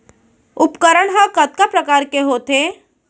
उपकरण हा कतका प्रकार के होथे?